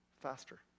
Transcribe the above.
faster